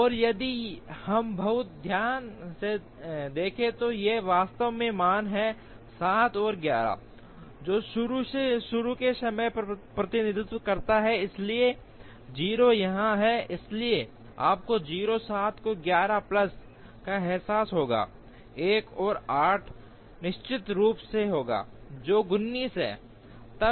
और यदि हम बहुत ध्यान से देखें तो ये वास्तव में मान हैं 7 और 11 जो शुरू के समय का प्रतिनिधित्व करता है इसलिए 0 यहाँ है इसलिए आपको 0 7 और 11 प्लस का एहसास होता है एक और 8 निश्चित रूप से होगा जो 19 है